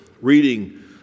reading